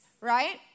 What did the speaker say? right